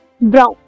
brown